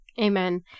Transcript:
Amen